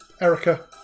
erica